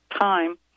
time